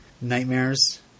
nightmares